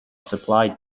supply